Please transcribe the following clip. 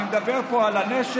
אני מדבר פה על הנשר,